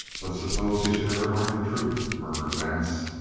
but suppose he should ever learn the truth? murmured vance.